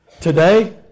today